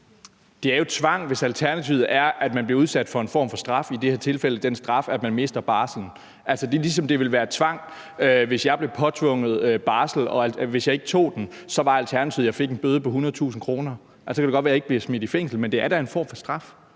Det er jo tvang, hvis alternativet er, at man bliver udsat for en form for straf, i det her tilfælde den straf, at man mister barslen. Det er ligesom, at det ville være tvang, hvis jeg blev påtvunget barsel, og hvis jeg ikke tog den, var alternativet, at jeg fik en bøde på 100.000 kr. Det kan godt være, jeg ikke bliver smidt i fængsel, men det er da en form for straf.